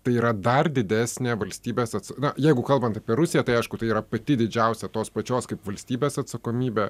tai yra dar didesnė valstybės ats na jeigu kalbant apie rusiją tai aišku tai yra pati didžiausia tos pačios kaip valstybės atsakomybė